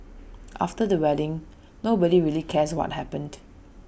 after the wedding nobody really cares what happened